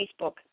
Facebook